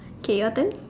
okay your turn